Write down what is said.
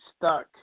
stuck